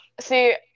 see